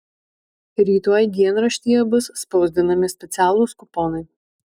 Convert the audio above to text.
rytoj dienraštyje bus spausdinami specialūs kuponai